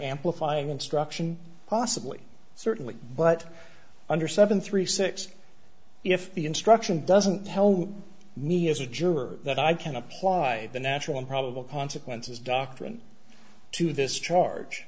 amplifying instruction possibly certainly but under seven three six if the instruction doesn't hello me as a juror that i can apply the natural probable consequences doctrine to this charge